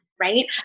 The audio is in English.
right